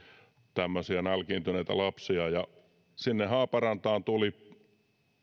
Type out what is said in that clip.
tämmöisiä nälkiintyneitä lapsia sinne haaparantaan tuli